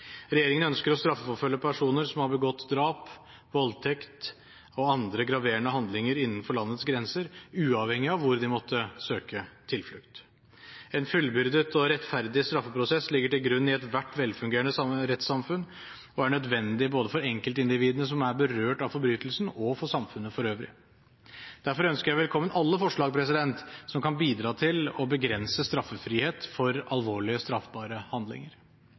Regjeringen ønsker å straffeforfølge personer som har begått drap, voldtekt og andre graverende handlinger innenfor landets grenser, uavhengig av hvor de måtte søke tilflukt. En fullbyrdet og rettferdig straffeprosess ligger til grunn i ethvert velfungerende rettssamfunn og er nødvendig både for enkeltindividene som er berørt av forbrytelsen, og for samfunnet for øvrig. Derfor ønsker jeg velkommen alle forslag som kan bidra til å begrense straffrihet for alvorlige straffbare handlinger.